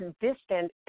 distant